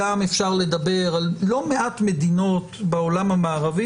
גם אפשר לדבר על לא מעט מדינות בעולם המערבי